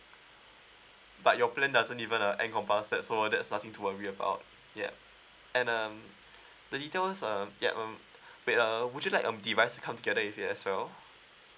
but your plan doesn't even uh encompass that so that's nothing to worry about yup and um the details um yup um wait ah would you like um device to come together with it as well